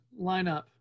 lineup